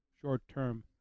short-term